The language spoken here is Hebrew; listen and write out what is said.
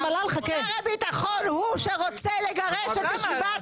הורס בתים רק בגלל שאנשים- -- שר הביטחון הוא שרוצה לגרש את ישיבת